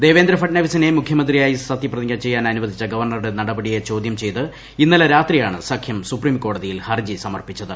ദേവേന്ദ്ര ഫട്നാവിസിനെ മുഖ്യമന്ത്രിയായി സത്യപ്രതിജ്ഞ ചെയ്യാൻ അനുവദിച്ച ഗവർണറുടെ നടപടിയെ ചോദ്യംചെയ്ത് ഇന്നലെ രാത്രിയാണ് സഖ്യം സുപ്രീംകോടതിയിൽ ഹർജിസമർപ്പിച്ചത്